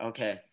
Okay